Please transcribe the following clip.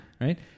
Right